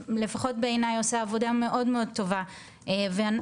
שלפחות בעיניי עושה עבודה מאוד מאוד טובה והיא